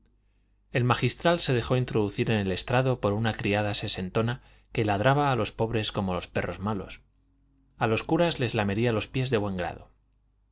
el magistral se dejó introducir en el estrado por una criada sesentona que ladraba a los pobres como los perros malos a los curas les lamería los pies de buen grado